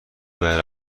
برای